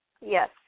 Yes